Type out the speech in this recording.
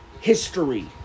History